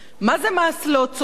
מה זה מס לא צודק?